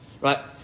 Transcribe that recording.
right